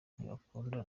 ntibakunda